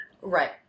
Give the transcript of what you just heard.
Right